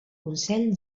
consell